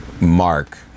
Mark